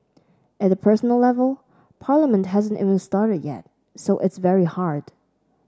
at a personal level Parliament hasn't even started yet so it's very hard